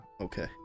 okay